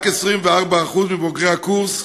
רק 24% מבוגרי הקורס